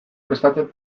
prestatzen